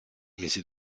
mesi